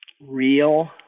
real